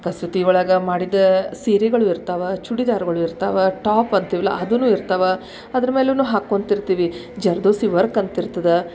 ಕಸೂತಿ ಒಳಗೆ ಮಾಡಿದ ಸೀರೆಗಳು ಇರ್ತಾವೆ ಚೂಡಿದಾರ್ಗಳು ಇರ್ತಾವೆ ಟಾಪ್ ಅಂತೀವಲ್ಲ ಅದೂ ಇರ್ತವೆ ಅದ್ರ ಮೇಲೂ ಹಾಕೊತಿರ್ತಿವಿ ಜರ್ದೊಸಿ ವರ್ಕ್ ಅಂತ ಇರ್ತದೆ